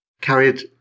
carried